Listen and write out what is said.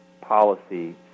policy